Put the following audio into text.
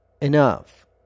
enough